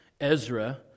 Ezra